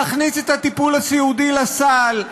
להכניס את הטיפול הסיעודי לסל,